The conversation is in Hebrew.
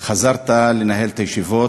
חזרת לנהל את הישיבות,